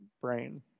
brain